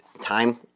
time